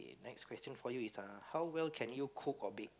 next question for you is uh how well can you cook or bake